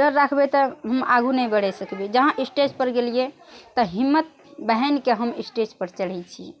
डर राखबै तऽ हम आगू नहि बढ़ि सकबै जहाँ स्टेज पर गेलियै तऽ हिम्मत बान्हि कऽ हम स्टेज पर चढ़ै छी